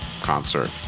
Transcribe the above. concert